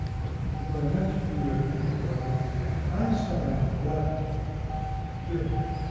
but as i mentioned to you at dinner, when einstein left germany,